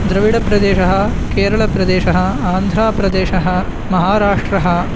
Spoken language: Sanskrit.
द्रविडप्रदेशः केरळप्रदेशः आन्ध्रप्रदेशः महाराष्ट्रः